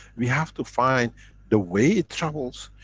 we have to find the way it travels.